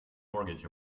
mortgage